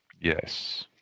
Yes